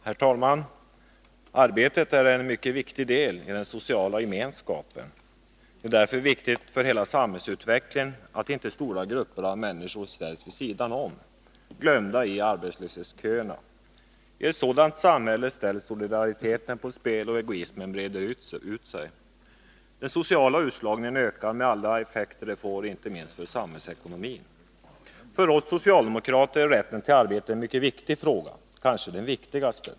Herr talman! Arbetet är en mycket viktig del i den sociala gemenskapen. Det är därför viktigt för hela samhällsutvecklingen att inte stora grupper av människor ställs vid sidan om, glömda i arbetslöshetsköerna. I ett sådant samhälle ställs solidariteten på spel och egoismen breder ut sig. Den sociala utslagningen ökar, med alla effekter det får, inte minst för samhällsekonomin. För oss socialdemokrater är rätten till ett arbete en mycket viktig fråga, kanske den viktigaste.